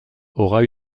aura